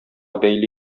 бәйле